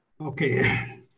Okay